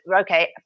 okay